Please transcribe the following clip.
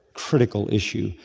crucial issue.